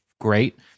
great